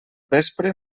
vespre